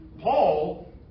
Paul